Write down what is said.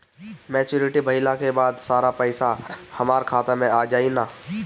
Maturity भईला के बाद सारा पईसा हमार खाता मे आ जाई न?